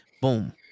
Boom